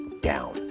down